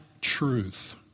truth